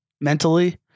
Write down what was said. mentally